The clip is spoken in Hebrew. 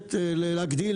מאפשרת להגדיל